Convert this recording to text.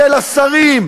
של השרים,